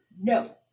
no